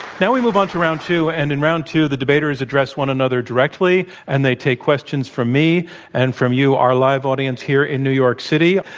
now we move on to round two. and in round two, the debaters address one another directly, and they take questions from me and from you, our live audience here in new york city.